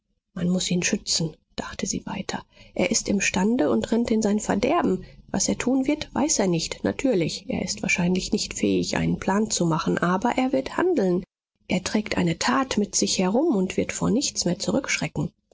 man muß ihn schützen dachte sie weiter er ist imstande und rennt in sein verderben was er tun wird weiß er nicht natürlich er ist wahrscheinlich nicht fähig einen plan zu machen aber er wird handeln er trägt eine tat mit sich herum und wird vor nichts mehr zurückschrecken